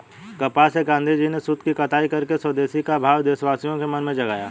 कपास से गाँधीजी ने सूत की कताई करके स्वदेशी का भाव देशवासियों के मन में जगाया